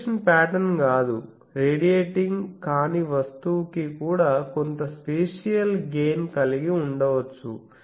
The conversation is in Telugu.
రేడియేషన్ పాటర్న్ కాదు రేడియేటింగ్ కాని వస్తువు కి కూడా కొంత స్పెషియల్ గెయిన్ కలిగి ఉండవచ్చు